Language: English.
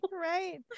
Right